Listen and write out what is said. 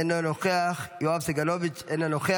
אינו נוכח, חבר הכנסת יואב סגלוביץ' אינו נוכח,